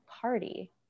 party